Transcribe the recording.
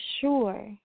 sure